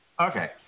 Okay